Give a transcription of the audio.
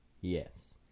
Yes